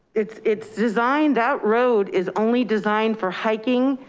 it's it's designed that road is only designed for hiking,